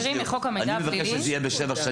שזה יהיה בשבע שנים.